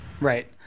Right